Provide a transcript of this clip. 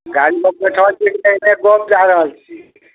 गाड़ीमे बैठल छियै कि एनाहिये गप दए रहल छी